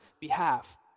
behalf